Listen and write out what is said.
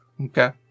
Okay